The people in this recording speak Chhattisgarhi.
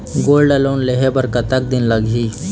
गोल्ड लोन लेहे बर कतका दिन लगही?